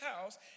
House